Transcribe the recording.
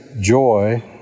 joy